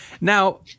Now